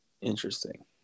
Interesting